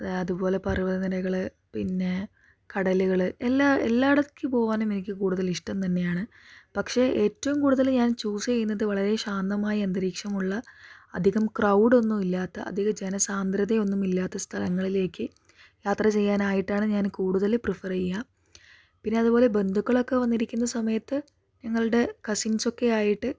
അതുപോലെ പർവ്വതനിരകള് പിന്നെ കടലുകള് എല്ലാം എല്ലാടേക്കും പോകാനും എനിക്ക് കൂടുതൽ ഇഷ്ട്ടം തന്നെയാണ് പക്ഷെ ഏറ്റവും കൂടുതല് ഞാൻ ചൂസ് ചെയ്യുന്നത് വളരെ ശാന്തമായ അന്തരീക്ഷം ഉള്ള അധികം ക്രൗടൊന്നും ഇല്ലാത്ത അധികം ജനസാന്ദ്രതയൊന്നും ഇല്ലാത്ത സ്ഥലങ്ങളിലേക്ക് യാത്ര ചെയ്യാനായിട്ടാണ് ഞാൻ കൂടുതലും പ്രിഫർ ചെയ്യുക പിന്നെ അതുപോലെ ബന്ധുക്കളൊക്കെ വന്നിരിക്കുന്ന സമയത്ത് ഞങ്ങളുടെ കസ്സിൻസൊക്കെ ആയിട്ട്